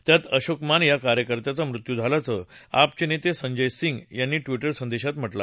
त्यात अशोक मान या कार्यकर्त्याचा मृत्यू झाल्याचं आपचे नेते संजय सिंग यांनी ट्विटरवर सांगितलं